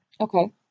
Okay